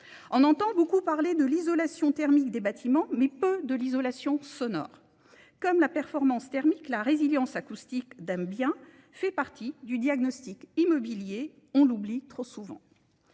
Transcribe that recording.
On entend beaucoup parler de l'isolation thermique des bâtiments, mais peu de l'isolation sonore. Comme la performance thermique, la résilience acoustique d'âme bien fait partie du diagnostic immobilier. On l'oublie trop souvent.